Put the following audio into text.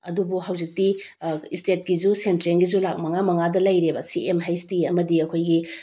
ꯑꯗꯨꯕꯨ ꯍꯧꯖꯤꯛꯇꯤ ꯏꯁꯇꯦꯠꯀꯤꯁꯨ ꯁꯦꯟꯇ꯭ꯔꯦꯜꯒꯤꯖꯨ ꯂꯥꯛ ꯃꯉꯥ ꯃꯉꯥꯗ ꯂꯩꯔꯦꯕ ꯁꯤ ꯑꯦꯝ ꯍꯩꯁ ꯇꯤ ꯑꯃꯗꯤ ꯑꯩꯈꯣꯏꯒꯤ